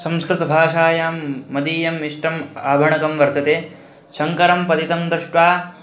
संस्कृतभाषायां मदीयम् इष्टम् आभाणकं वर्तते शङ्करं पतितं दृष्ट्वा